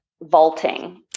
vaulting